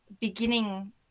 beginning